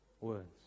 words